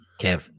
Kev